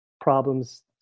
problems